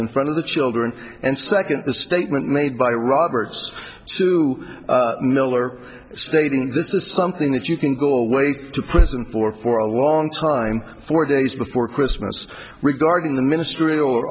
in front of the children and second the statement made by roberts to miller stating this is something that you can go away to prison for for a long time four days before christmas regarding the ministry or